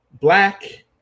black